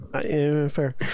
Fair